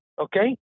Okay